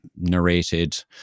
narrated